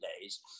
days